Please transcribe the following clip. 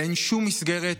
אין שום מסגרת